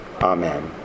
Amen